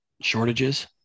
shortages